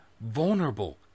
vulnerable